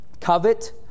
covet